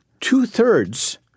Two-thirds